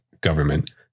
government